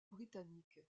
britannique